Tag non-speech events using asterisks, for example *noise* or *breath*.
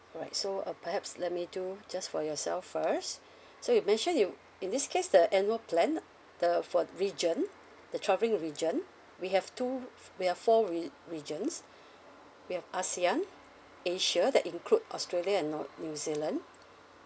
alright so uh perhaps let me do just for yourself first *breath* so you mentioned you in this case the annual plan the for region the travelling region we have two we have four re~ regions we have ASEAN asia that include australia and nor~ new zealand